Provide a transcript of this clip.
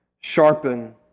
Sharpen